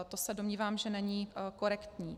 To se domnívám, že není korektní.